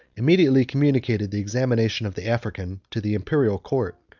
immediately communicated the examination of the african to the imperial court,